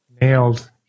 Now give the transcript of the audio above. nailed